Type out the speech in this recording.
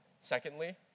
Secondly